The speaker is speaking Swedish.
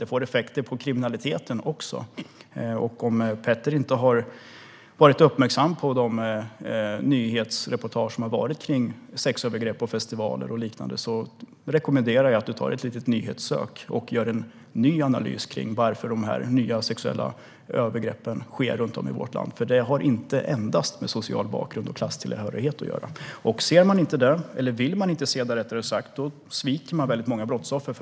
Det får effekter på kriminaliteten också. Om Petter inte har varit uppmärksam på nyhetsreportagen om sexövergrepp på festivaler och liknande rekommenderar jag att han gör en liten nyhetssökning och en ny analys av varför de nya sexuella övergreppen sker runt om i vårt land. Det har inte endast med social bakgrund och klasstillhörighet att göra. Om man inte vill se det sviker man många brottsoffer.